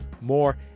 More